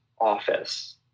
office